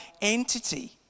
entity